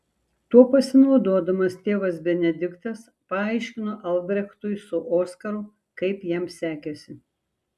tuo pasinaudodamas tėvas benediktas paaiškino albrechtui su oskaru kaip jam sekėsi